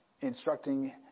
instructing